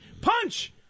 punch